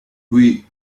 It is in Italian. qui